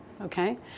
Okay